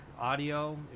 audio